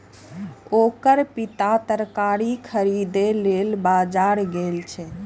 ओकर पिता तरकारी खरीदै लेल बाजार गेलैए